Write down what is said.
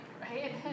right